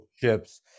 chips